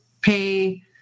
pay